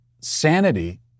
sanity